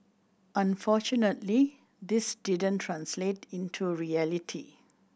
unfortunately this didn't translate into reality